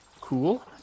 Cool